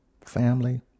family